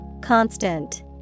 constant